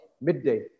Midday